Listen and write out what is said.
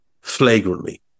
flagrantly